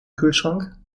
kühlschrank